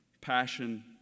passion